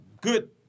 good